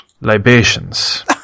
libations